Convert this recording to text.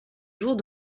jours